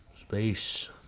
space